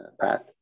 path